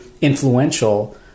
influential